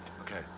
Okay